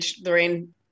lorraine